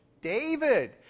David